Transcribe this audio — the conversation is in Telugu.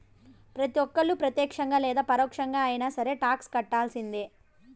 ప్రతి ఒక్కళ్ళు ప్రత్యక్షంగా లేదా పరోక్షంగా అయినా సరే టాక్స్ కట్టాల్సిందే